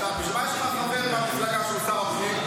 אבל בשביל מה יש לך חבר במפלגה שהוא שר הפנים?